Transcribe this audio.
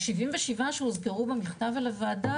ה-77 שהוזכרו במכתב אל הוועדה,